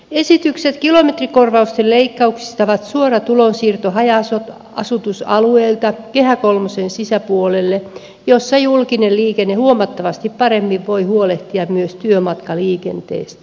esitykset kilometrikorvausten leikkauksista ovat suora tulonsiirto haja asutusalueilta kehä kolmosen sisäpuolelle missä julkinen liikenne huomattavasti paremmin voi huolehtia myös työmatkaliikenteestä